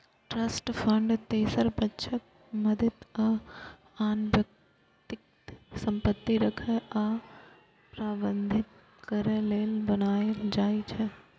trust fund तेसर पक्षक मदति सं आन व्यक्तिक संपत्ति राखै आ प्रबंधित करै लेल बनाएल जाइ छै